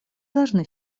должны